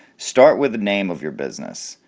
start with the name of your business.